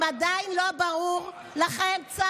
אם עדיין לא ברור לכם,